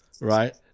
Right